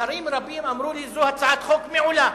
שרים רבים אמרו לי: זו הצעת חוק מעולה.